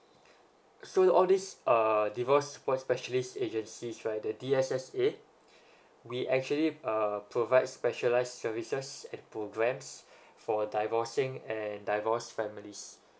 so all these uh divorce support specialist agencies right the D_S_S_A we actually err provide specialised services and programmes for divorcing and divorced families